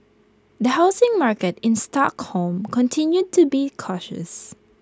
the housing market in Stockholm continued to be cautious